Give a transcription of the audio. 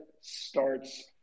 starts